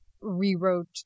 rewrote